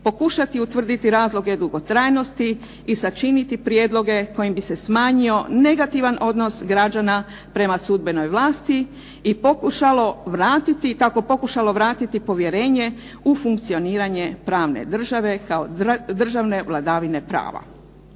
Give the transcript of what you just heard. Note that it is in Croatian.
pokušati utvrditi razloge dugotrajnosti i sačiniti prijedloge kojim bi se smanjio negativan odnos građana prema sudbenoj vlasti i pokušalo vratiti, kako pokušalo vratiti povjerenje u funkcioniranje pravne države, kao državne vladavine prava.